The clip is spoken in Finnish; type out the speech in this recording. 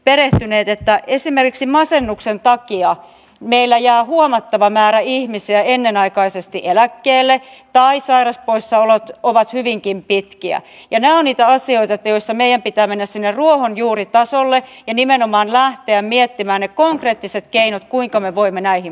pele meidät ta esimeriksi masennuksen takia meillä jää huomattava määrä ihmisiä ennenaikaisesti eläkkeelle tai sairaspoissaolot ovat hyvinkin pitkiä ja näitä asioita joista neljä pitää mennä sinne ruohonjuuritasolle nimenomaan lähteä miettimään ego entiset keinot kuinka me voimme näihin